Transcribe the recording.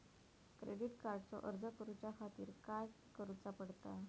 Credit कार्डचो अर्ज करुच्या खातीर काय करूचा पडता?